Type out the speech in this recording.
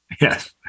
Yes